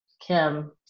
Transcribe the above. Kim